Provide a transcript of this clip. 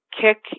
kick